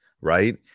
right